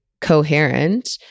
coherent